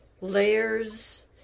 layers